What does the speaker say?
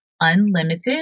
Unlimited